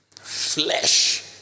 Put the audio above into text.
flesh